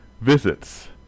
visits